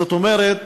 זאת אומרת